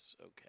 Okay